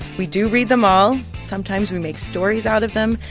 we do read them all. sometimes we make stories out of them.